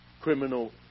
criminal